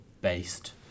based